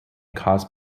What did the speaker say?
cause